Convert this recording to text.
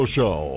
Show